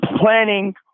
planning